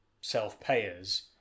self-payers